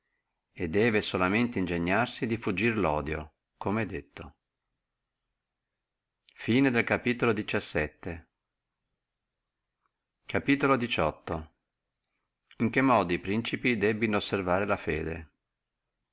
debbe solamente ingegnarsi di fuggire lo odio come è detto e in che modo e principi abbino a mantenere la fede